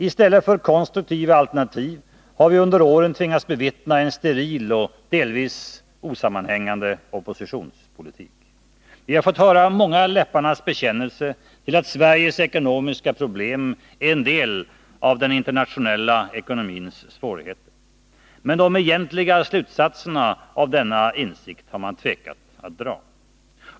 I stället för konstruktiva alternativ har vi under åren tvingats bevittna en steril och delvis osammanhängande oppositionspolitik. Vi har fått höra många läpparnas bekännelser till att Sveriges ekonomiska problem är en del av den internationella ekonomins svårigheter. Men de egentliga slutsatserna av denna insikt har man tvekat att dra.